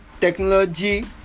technology